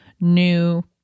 new